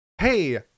Hey